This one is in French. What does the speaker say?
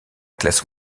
classe